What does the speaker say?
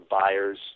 buyers